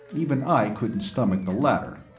even i couldn't stomach the latter.